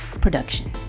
production